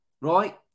right